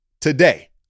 today